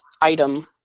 item